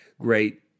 great